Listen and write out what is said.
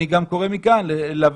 אני גם קורא מכאן לוועדה,